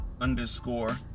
underscore